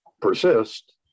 persist